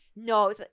No